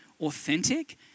authentic